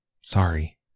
sorry